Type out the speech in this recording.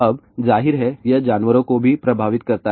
अब ज़ाहिर है यह जानवरों को भी प्रभावित करता है